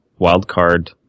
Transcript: wildcard